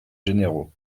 généraux